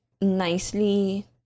nicely